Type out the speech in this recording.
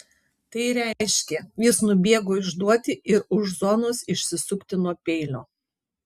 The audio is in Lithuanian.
tai reiškė jis nubėgo išduoti ir už zonos išsisukti nuo peilio